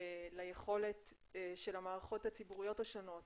ליכולת של המערכות הציבוריות השונות